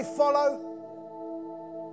follow